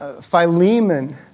Philemon